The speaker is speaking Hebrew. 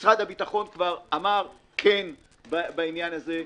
משרד הביטחון כבר אמר כן בעניין הזה.